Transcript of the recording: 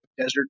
desert